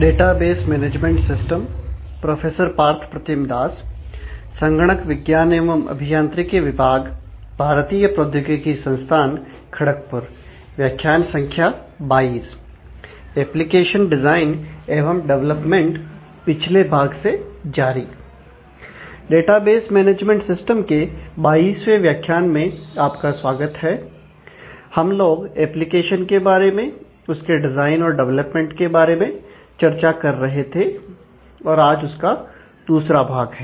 database management system के 22वें व्याख्यान में आपका स्वागत है हम लोग एप्लीकेशन के बारे में उसके डिजाइन और डेवलपमेंट के बारे में चर्चा कर रहे थे आज उसका दूसरा भाग है